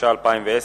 התש"ע 2010,